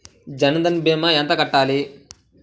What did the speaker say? జన్ధన్ భీమా ఎంత కట్టాలి?